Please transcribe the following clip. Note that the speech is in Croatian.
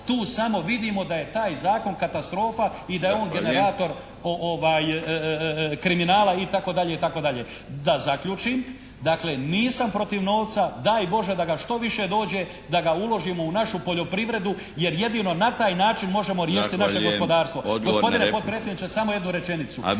Tu samo vidimo da je taj zakon katastrofa i da je on generator kriminala itd. itd. Da zaključim. Dakle nisam protiv novca, daj Bože da ga što više dođe, da ga uložimo u našu poljoprivredu jer jedino na taj način možemo riješiti naše gospodarstvo. Gospodine potpredsjedniče samo jednu rečenicu.